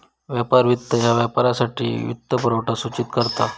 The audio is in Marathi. व्यापार वित्त ह्या व्यापारासाठी वित्तपुरवठा सूचित करता